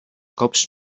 cops